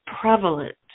prevalent